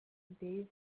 days